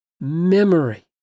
memory